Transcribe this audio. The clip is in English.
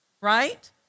Right